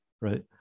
right